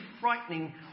frightening